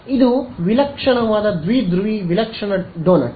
ಆದ್ದರಿಂದ ಇದು ವಿಲಕ್ಷಣವಾದ ದ್ವಿಧ್ರುವಿ ವಿಲಕ್ಷಣ ಡೋನಟ್